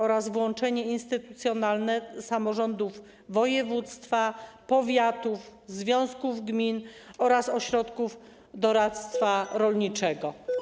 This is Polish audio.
Czy nastąpi włączenie instytucjonalne samorządów województw, powiatów, związków gmin oraz ośrodków doradztwa rolniczego?